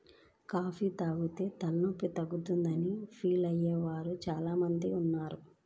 coffee తాగితేనే తలనొప్పి తగ్గుతుందని ఫీల్ అయ్యే వారు చాలా మంది ఉన్నారు